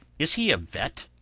is he a vet?